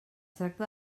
tracta